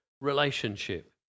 relationship